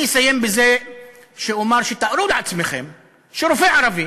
אני אסיים בזה שאומר, שתארו לעצמכם שרופא ערבי